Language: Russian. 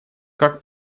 как